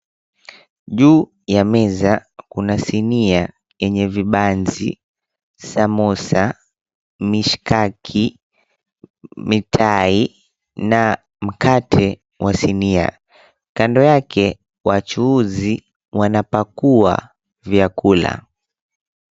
Juu ya meza kuna sinia yenye vibanzi, samosa, mishkaki, mitai na mkate wa sinia. Kando yake wachuuzi wanapakua vyakula.